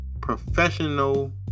professional